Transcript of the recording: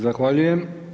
Zahvaljujem.